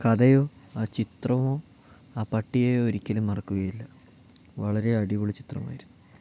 കഥയോ ആ ചിത്രമോ ആ പട്ടിയെയോ ഒരിക്കലും മറക്കുകയില്ല വളരെ അടിപൊളി ചിത്രമായിരുന്നു